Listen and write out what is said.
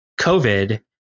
COVID